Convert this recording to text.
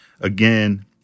again